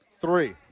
three